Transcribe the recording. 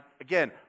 again